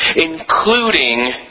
including